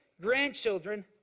grandchildren